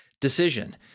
decision